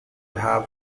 have